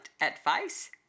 advice